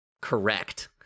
correct